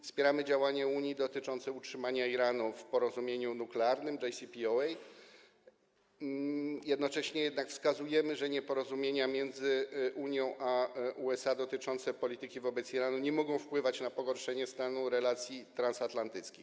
Wspieramy działania Unii dotyczące utrzymania Iranu w porozumieniu nuklearnym JCPOA, jednocześnie jednak wskazujemy, że nieporozumienia między Unią a USA dotyczące polityki wobec Iranu nie mogą wpływać na pogorszenie stanu relacji transatlantyckich.